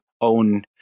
own